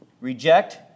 reject